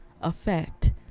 effect